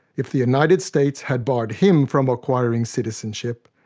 if the united states had barred him from acquiring citizenship,